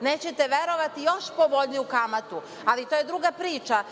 nećete verovati, još povoljniju kamatu. To je druga priča,